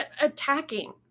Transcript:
attacking